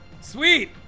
Sweet